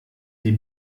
die